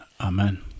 amen